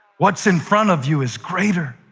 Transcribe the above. what's in front of you is greater.